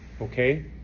Okay